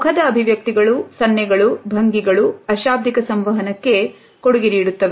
ಮುಖದ ಅಭಿವ್ಯಕ್ತಿಗಳು ಸನ್ನೆಗಳು ಭಂಗಿಗಳು ಅಶಾಬ್ದಿಕ ಸಂವಹನಕ್ಕೆ ಕೊಡುಗೆ ನೀಡುತ್ತವೆ